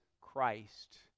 Christ